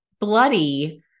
bloody